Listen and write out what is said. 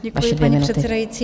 Děkuji, paní předsedající.